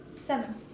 seven